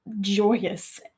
joyous